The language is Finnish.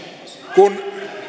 kun